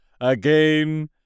again